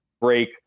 break